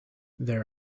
there